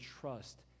trust